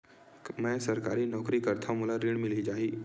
मै सरकारी नौकरी करथव मोला ऋण मिल जाही?